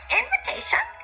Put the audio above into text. invitation